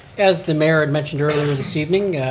as the mayor had mentioned earlier this evening,